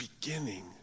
beginning